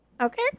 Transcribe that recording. Okay